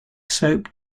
soap